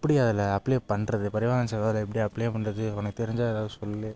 எப்படி அதில் அப்ளை பண்ணுறது பரிவாஹன் சேவாவில் எப்படி அப்ளை பண்ணுறது உனக்கு தெரிஞ்சால் எதாவது சொல்லு